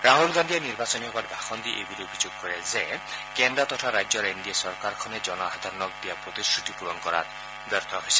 ৰাহুল গান্ধীয়ে নিৰ্বাচনী সভাত ভাষণ দি এই বুলি অভিযোগ কৰে যে কেন্দ্ৰ তথা ৰাজ্যৰ এন ডি চৰকাৰখনে জনসাধাৰণক দিয়া প্ৰতিশ্ৰুতি পূৰণ কৰিবলৈ বিফল হৈছে